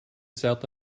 south